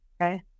Okay